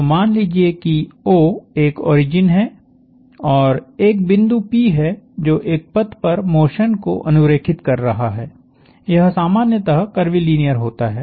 तो मान लीजिये कि O एक ओरिजिन है और एक बिंदु P है जो एक पथ पर मोशन को अनुरेखित कर रहा है यह सामान्यतः कर्वीलीनियर होता है